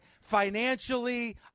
Financially